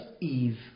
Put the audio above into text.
Eve